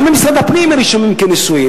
גם במשרד הפנים הם נרשמים כנשואים,